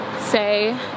say